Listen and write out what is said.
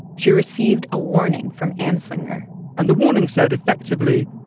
she received a warning from anslinger and the warning said, effectively,